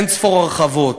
אין-ספור הרחבות.